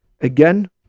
again